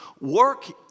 Work